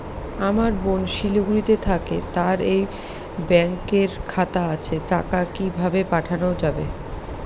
আমার বোন শিলিগুড়িতে থাকে তার এই ব্যঙকের খাতা আছে টাকা কি ভাবে পাঠানো যাবে?